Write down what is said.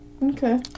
okay